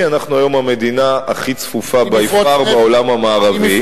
אנחנו היום המדינה הכי צפופה by far בעולם המערבי.